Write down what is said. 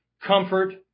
comfort